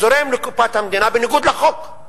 זורם לקופת המדינה, בניגוד לחוק.